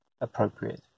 appropriate